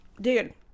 Dude